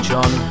John